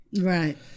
Right